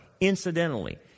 incidentally